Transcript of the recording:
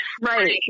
Right